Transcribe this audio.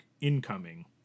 incoming